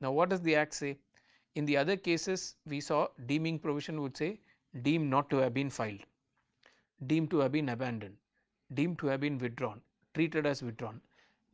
now what is the act say in the other cases we saw deeming provision would say deemed not to have been filed deem to have been abandoned deem to have been withdrawn treated as withdrawn